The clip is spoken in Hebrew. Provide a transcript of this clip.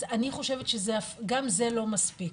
אז אני חושבת שגם זה לא מספיק.